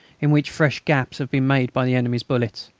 in which fresh gaps have been made by the enemy's bullets.